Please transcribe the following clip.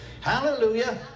Hallelujah